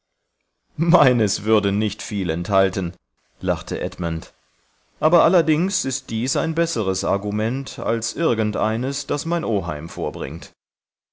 meines würde nicht viel enthalten lachte edmund aber allerdings ist dies ein besseres argument als irgend eines das mein oheim vorbringt